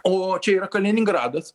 o čia yra kaliningradas